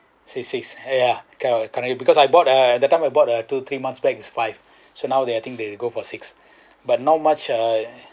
C six yeah currently because I bought uh that time I bought a two three months back is five so now they I think they go for six but no much uh